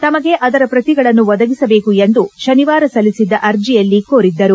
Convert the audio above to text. ತಮಗೆ ಅದರ ಪ್ರತಿಗಳನ್ನು ಒದಗಿಸಬೇಕು ಎಂದು ಶನಿವಾರ ಸಲ್ಲಿಸಿದ್ದ ಅರ್ಜಿಯಲ್ಲಿ ಕೋರಿದ್ದರು